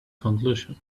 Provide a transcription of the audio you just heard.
conclusion